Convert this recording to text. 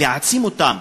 להעצים אותם,